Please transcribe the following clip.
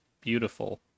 beautiful